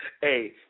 Hey